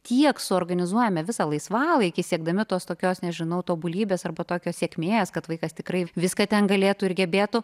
tiek suorganizuojame visą laisvalaikį siekdami tos tokios nežinau tobulybės arba tokios sėkmės kad vaikas tikrai viską ten galėtų ir gebėtų